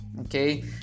Okay